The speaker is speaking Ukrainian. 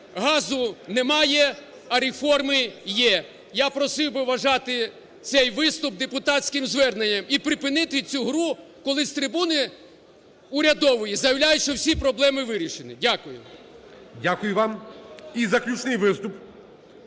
газу немає, а реформи є. Я просив би вважати цей виступ депутатським зверненням і припинити цю гру, коли з трибуни урядової заявляють, що всі проблеми вирішені. Дякую. ГОЛОВУЮЧИЙ. Дякую вам. І заключний виступ